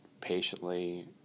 patiently